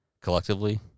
collectively